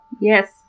Yes